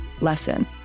lesson